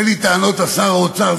אין לי טענות לשר האוצר,